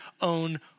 own